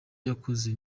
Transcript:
yakoze